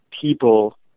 people